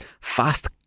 fast